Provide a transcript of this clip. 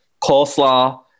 coleslaw